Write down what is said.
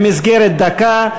במסגרת דקה.